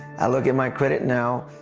i look at my credit now,